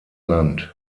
land